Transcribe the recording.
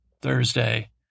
Thursday